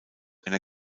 einer